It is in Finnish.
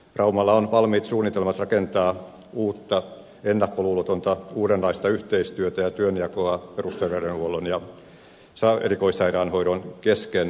raumalla on valmiit suunnitelmat rakentaa uutta ennakkoluulotonta uudenlaista yhteistyötä ja työnjakoa perusterveydenhuollon ja erikoissairaanhoidon kesken